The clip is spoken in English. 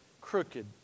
crooked